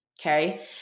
Okay